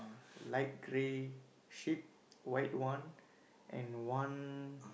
light grey sheep white one and one